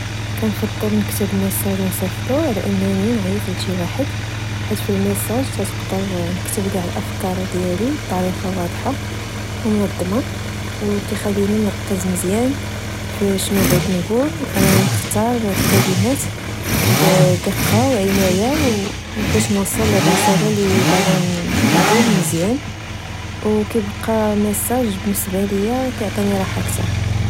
كنفضل نكتب ميساج ونسيفطو على أنني نعيط لشي واحد، حيت فالميساج تنقدر نكتب چاع الأفكار ديالي، بطريقة واضحة ومنظمة. وكيخليني نركز مزيان في شنو بغيت نچول، ونختار الكلمات بدقة و عناية باش نوصل الرسالةلباغا نچول مزيان. وكيبقى الميساج بالنسبة ليا كعطيني راحة كتر